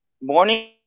morning